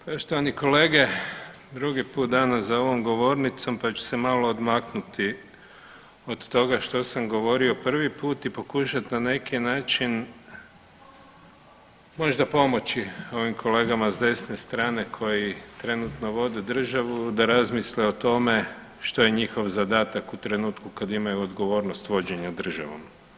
Poštovani kolege drugi put danas za ovom govornicom pa ću se malo odmaknuti od toga što sam govorio prvi put i pokušat na neki način možda pomoći ovim kolegama s desne strane koji trenutno vode državu da razmisle o tome što je njihov zadatak u trenutku kad imaju odgovornost vođenja državom.